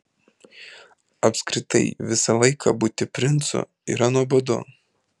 apskritai visą laiką būti princu yra nuobodu